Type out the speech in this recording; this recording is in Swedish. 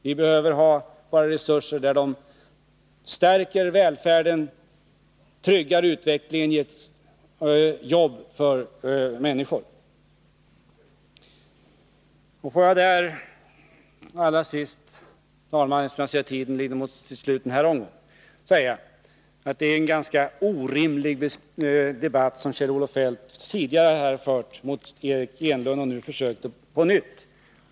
Vi behöver våra resurser där de stärker välfärden, tryggar utvecklingen och ger jobb åt människorna. Får jag allra sist, herr talman, eftersom jag ser att tiden lider mot sitt slut för denna omgång, säga att det är en ganska orimlig debatt Kjell-Olof Feldt tidigare fört med Eric Enlund och nu försöker ta upp på nytt.